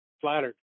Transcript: Flattered